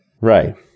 Right